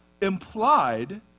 implied